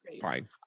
Fine